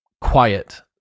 quiet